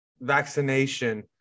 vaccination